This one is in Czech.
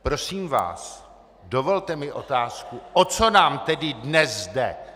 Prosím vás, dovolte mi otázku: O co nám tedy dnes jde?